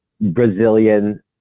Brazilian